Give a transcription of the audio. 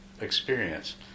experience